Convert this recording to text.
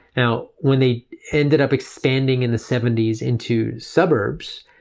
now, when they ended up expanding in the seventy s into suburbs,